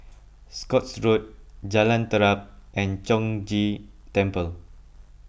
Scotts Road Jalan Terap and Chong Ghee Temple